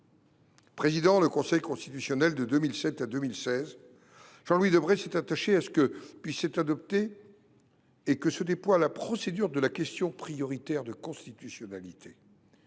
Présidant le Conseil constitutionnel de 2007 à 2016, Jean Louis Debré s’est attaché à ce que puisse être adoptée et que se déploie la procédure de la question prioritaire de constitutionnalité.